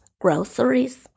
groceries